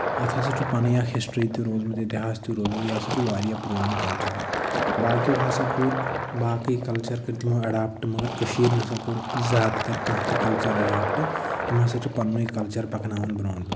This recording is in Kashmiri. اَتھ ہسا چھُ پَنٕنۍ اَکھ ہَسٹری تہِ روٗزمٕژ اتحاس تہِ روٗدمُت یہِ ہسا چھُ واریاہ پروٚن کلچر باقیو ہسا کوٚر باقٕے کَلچر کٔرۍ تِمو ایڈاپٹ مَگر کٔشیٖر نسا کوٚرُکھ زیادٕ تَر کانٛہہ تہِ کَلچر ایڈیپٹہٕ یِم ہسا چھُ پَنٕنُے کَلچر پَکناون برٛونٛہہ برٛونٛہہ